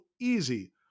easy